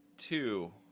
two